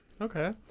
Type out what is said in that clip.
Okay